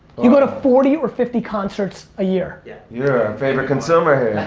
you go to forty or fifty concerts a year? yeah. you're our favorite consumer